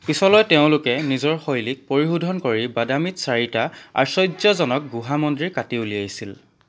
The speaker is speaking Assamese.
পিছলৈ তেওঁলোকে নিজৰ শৈলীক পৰিশোধন কৰি বাদামীত চাৰিটা আশ্চৰ্য্যজনক গুহা মন্দিৰ কাটি উলিয়াইছিল